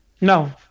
No